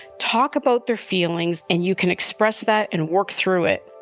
talk about their feelings, and you can express that and work through it,